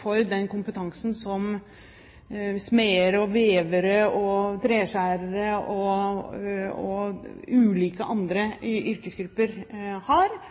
for den kompetansen som smeder, vevere, treskjærere og ulike andre yrkesgrupper har,